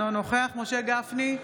אינו נוכח משה גפני,